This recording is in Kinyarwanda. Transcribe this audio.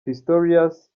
pistorius